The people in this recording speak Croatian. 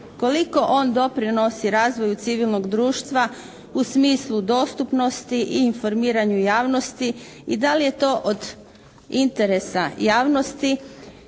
koliko on doprinosi razvoju civilnog društva u smislu dostupnosti i informiranju javnosti i da li je to od interesa javnosti